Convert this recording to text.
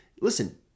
listen